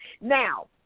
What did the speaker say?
now